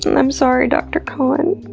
i'm sorry, dr. cohen.